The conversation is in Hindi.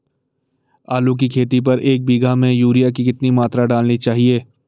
आलू की खेती पर एक बीघा में यूरिया की कितनी मात्रा डालनी चाहिए?